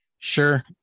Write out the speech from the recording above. Sure